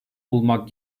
bulmak